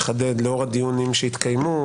לחדד לאור הדיונים שהתקיימו?